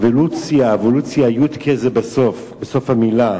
אבולוציה, יו"ד ק"א בסוף המלה.